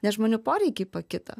nes žmonių poreikiai pakito